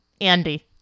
Andy